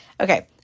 Okay